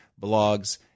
blogs